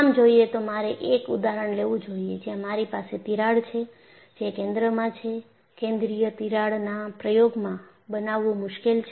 આમ જોયે તો મારે એક ઉદાહરણ લેવું જોઈએ જ્યાં મારી પાસે તિરાડ છે જે કેન્દ્રમાં છે કેન્દ્રીય તિરાડના પ્રયોગમાં બનાવવું મુશ્કેલ છે